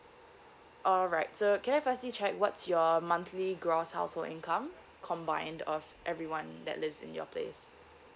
alright so can I firstly check what's your monthly gross household income combined of everyone that lives in your place